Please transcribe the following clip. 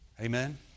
Amen